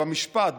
במשפט,